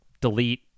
delete